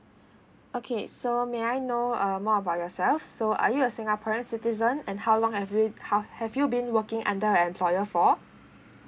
okay so may I know um more about yourself so are you a singaporean citizen and how long have you had have you been working under uh employer for